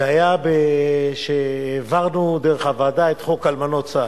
זה היה כשהעברנו דרך הוועדה את חוק אלמנות צה"ל.